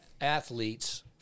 athletes